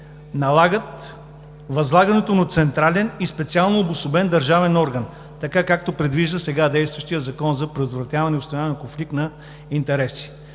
налагат възлагането на централен и специално обособен държавен орган така, както предвижда сега действащият Закон за предотвратяване и установяване на конфликт на интереси.